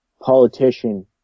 politician